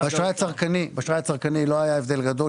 באשראי הצרכני לא היה הבדל גדול.